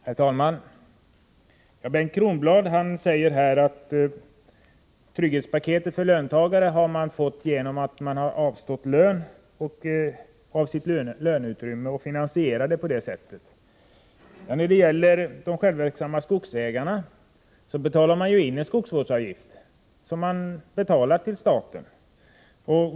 Herr talman! Bengt Kronblad säger att trygghetspaketet för löntagare har finansierats genom att dessa avstått från sitt löneutrymme. De självverksamma skogsägarna betalar ju in en skogsvårdsavgift till staten.